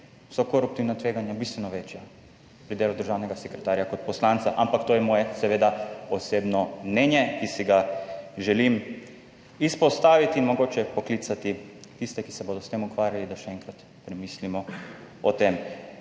so koruptivna tveganja bistveno večja pri delu državnega sekretarja kot poslanca, ampak to je moje seveda osebno mnenje, ki si ga želim izpostaviti in mogoče poklicati tiste, ki se bodo s tem ukvarjali, da še enkrat premislimo o tem.